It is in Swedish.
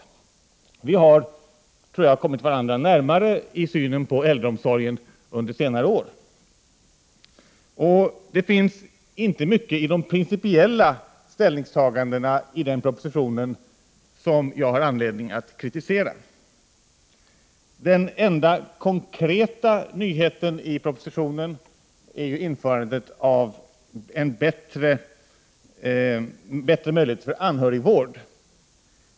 Under senare år tror jag att vi har kommit varandra närmare i synen på äldreomsorgen. Det finns inte mycket i de principiella ställningstagandena i propositionen som jag har anledning att kritisera. Den enda konkreta nyheten i propositionen är införandet av en bättre möjlighet för anhörigvård.